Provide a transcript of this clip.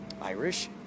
Irish